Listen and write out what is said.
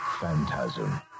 Phantasm